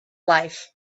life